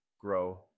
grow